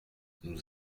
nous